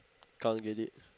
can't get it